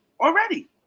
already